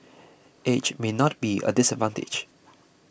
age may not be a disadvantage